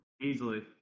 Easily